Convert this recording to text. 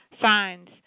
signs